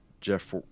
Jeff